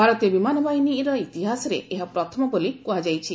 ଭାରତୀୟ ବିମାନବାହିନୀର ଇତିହାସରେ ଏହା ପ୍ରଥମ ବୋଲି କୁହାଯାଇଛି